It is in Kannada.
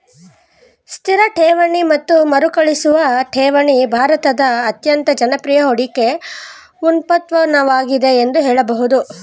ಸ್ಥಿರ ಠೇವಣಿ ಮತ್ತು ಮರುಕಳಿಸುವ ಠೇವಣಿ ಭಾರತದಲ್ಲಿ ಅತ್ಯಂತ ಜನಪ್ರಿಯ ಹೂಡಿಕೆ ಉತ್ಪನ್ನವಾಗಿದೆ ಎಂದು ಹೇಳಬಹುದು